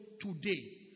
today